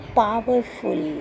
powerful